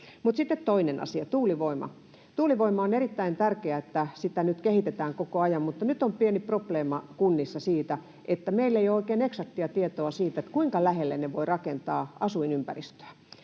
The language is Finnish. sitten toinen asia, tuulivoima. On erittäin tärkeää, että sitä nyt kehitetään koko ajan, mutta nyt on pieni probleema kunnissa siinä, että meillä ei ole oikein eksaktia tietoa siitä, kuinka lähelle asuinympäristöä